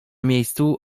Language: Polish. miejscu